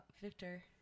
Victor